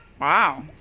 Wow